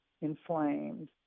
inflamed